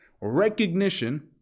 Recognition